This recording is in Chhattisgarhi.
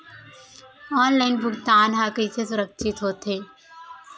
ऑनलाइन भुगतान हा कइसे सुरक्षित होथे?